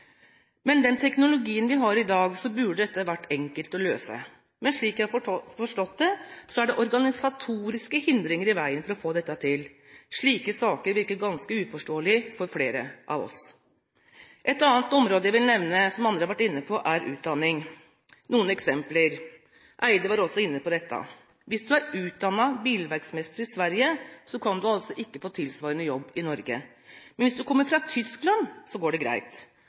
den teknologien vi har i dag burde dette være enkelt å løse, men slik jeg har forstått det, er det organisatoriske hindringer i veien for å få dette til. Slike saker virker ganske uforståelige for flere av oss. Et annet område jeg vil nevne, som andre har vært inne på, er utdanning. Rigmor Andersen Eide var også inne på dette. Noen eksempler: Hvis du er utdannet som bilverksmester i Sverige, så kan du ikke få tilsvarende jobb i Norge. Men hvis du kommer fra Tyskland, går det greit.